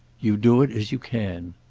you do it as you can.